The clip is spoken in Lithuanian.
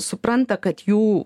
supranta kad jų